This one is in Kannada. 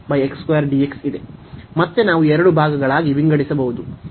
ಈ ಸಂದರ್ಭದಲ್ಲಿ ನಮಗೆ ಇದೆ